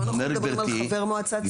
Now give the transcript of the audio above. פה אנחנו מדברים על חבר מועצה ציבורית.